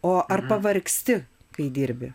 o ar pavargsti kai dirbi